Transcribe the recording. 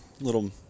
little